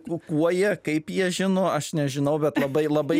kukuoja kaip jie žino aš nežinau bet labai labai